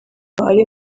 ari